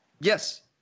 yes